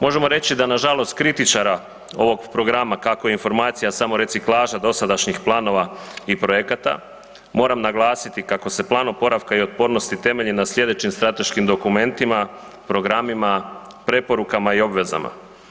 Možemo reći da nažalost kritičara ovog programa kako je informacija samo reciklaža dosadašnjih planova i projekata moram naglasiti kako se plan oporavka i otpornosti temelji na slijedećim strateškim dokumentima, programima, preporuka i obvezama.